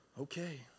Okay